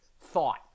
thought